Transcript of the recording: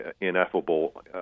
ineffable